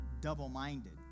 double-minded